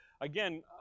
again